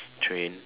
train